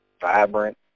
Vibrant